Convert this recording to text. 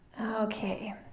Okay